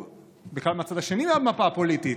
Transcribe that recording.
וכאן זה מהצד השני של המפה הפוליטית,